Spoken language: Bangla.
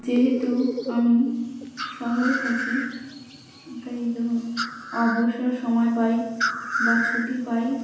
যেহেতু আমি শহরে থাকি তাই যখন অবসর সময় পাই বা ছুটি পাই